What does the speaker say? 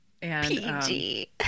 PG